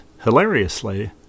hilariously